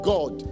God